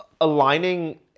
aligning